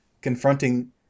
confronting